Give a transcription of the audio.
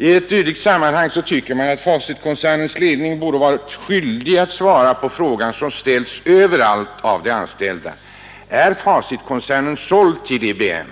I ett dylikt sammanhang tycker man att Facitkoncernens ledning borde vara skyldig att svara på frågan som ställs överallt av de anställda: Är Facitkoncernen såld till IBM